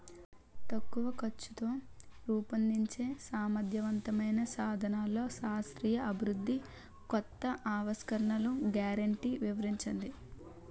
తక్కువ ఖర్చుతో రూపొందించే సమర్థవంతమైన సాధనాల్లో శాస్త్రీయ అభివృద్ధి కొత్త ఆవిష్కరణలు గ్యారంటీ వివరించండి?